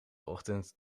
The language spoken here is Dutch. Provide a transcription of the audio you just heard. ochtend